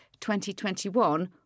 2021